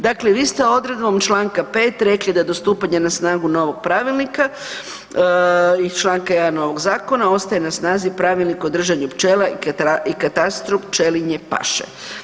Dakle, vi ste odredbom čl. 5. rekli da do stupanja na snagu novog pravilnika iz čl. 1. ovog zakona ostaje na snazi pravilnik o držanju pčela i katastru pčelinje paše.